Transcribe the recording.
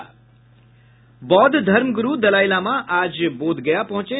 बौद्ध धर्मगुरु दलाईलामा आज बोधगया पहुंचे